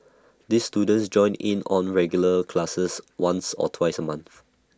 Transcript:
these students join in on regular classes once or twice A month